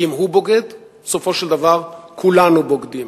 כי אם הוא בוגד, בסופו של דבר כולנו בוגדים.